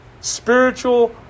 spiritual